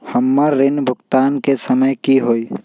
हमर ऋण भुगतान के समय कि होई?